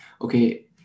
okay